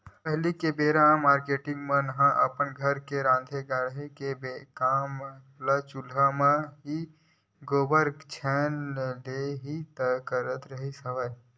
पहिली बेरा म मारकेटिंग मन ह अपन घर के राँधे गढ़े के काम ल चूल्हा म ही, गोबर छैना ले ही करत रिहिस हवय